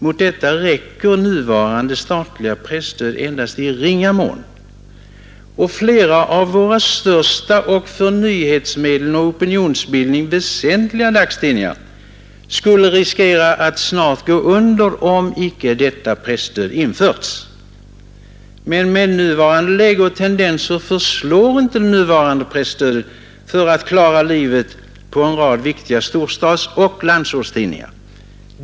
Mot detta räcker nuvarande statliga presstöd endast i ringa mån. Flera av våra största och för nyhetsförmedling och opinionsbildning väsentliga dagstidningar skulle riskera att snart gå under om inte detta presstöd införts. Men med nuvarande läge och tendenser förslår inte nuvarande presstöd för att klara livet på en rad viktiga storstadsoch landsortstidningar.